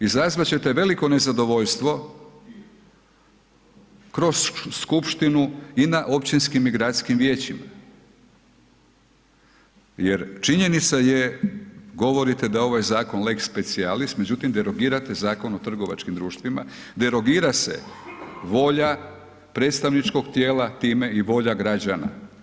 Izazvat ćete veliko nezadovoljstvo kroz skupštinu i na općinskim i migracijskim vijećima jer činjenica je, govorite da je ovaj zakon lex specialis, međutim, derogirate Zakon o trgovačkim društvima, derogira se volja predstavničkog tijela, time i volja građana.